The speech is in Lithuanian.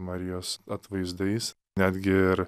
marijos atvaizdais netgi ir